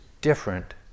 different